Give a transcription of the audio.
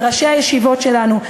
בראשי הישיבות שלנו.